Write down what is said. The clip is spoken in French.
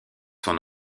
son